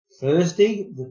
Thursday